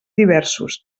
diversos